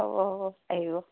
হ'ব হ'ব আহিব